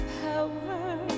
power